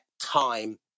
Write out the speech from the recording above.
time